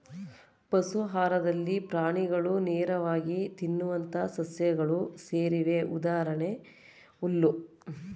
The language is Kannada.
ಪಶು ಆಹಾರದಲ್ಲಿ ಪ್ರಾಣಿಗಳು ನೇರವಾಗಿ ತಿನ್ನುವಂತಹ ಸಸ್ಯಗಳು ಸೇರಿವೆ ಉದಾಹರಣೆಗೆ ಹುಲ್ಲು